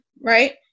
right